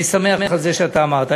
אני שמח על זה שאתה אמרת.